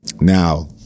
Now